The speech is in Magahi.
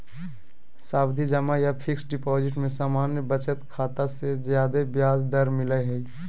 सावधि जमा या फिक्स्ड डिपाजिट में सामान्य बचत खाता से ज्यादे ब्याज दर मिलय हय